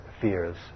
fears